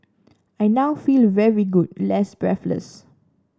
I now feel very good less breathless